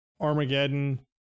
Armageddon